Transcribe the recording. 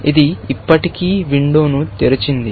ఇది ఇప్పటికీ విండోను తెరిచింది